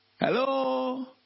Hello